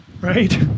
right